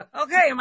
Okay